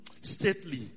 Stately